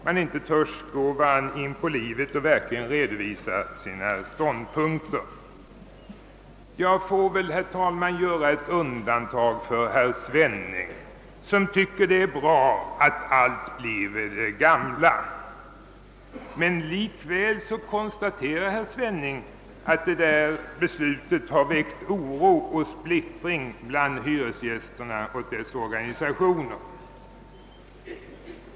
Man törs inte gå varandra in på livet och verkligen redovisa sina synpunkter. Jag får väl, herr talman, göra ett undantag för herr Svenning, som tycker att det är bra att allt förblir vid det gamla. Likväl konstaterar herr Svenning att beslutet väckt oro och splittring bland hyresgästerna och deras organisationer.